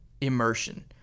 immersion